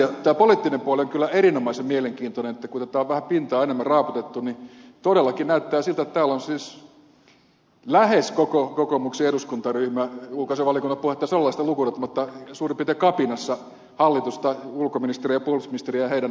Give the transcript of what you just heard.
tämä poliittinen puoli on kyllä erinomaisen mielenkiintoinen että kun tätä pintaa on vähän enemmän raaputettu niin todellakin näyttää siltä että täällä on siis lähes koko kokoomuksen eduskuntaryhmä ulkoasiainvaliokunnan puheenjohtaja salolaista lukuun ottamatta suurin piirtein kapinassa hallitusta ulkoministeriä ja puolustusministeriä ja heidän arvioitaan kohtaan